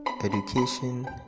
education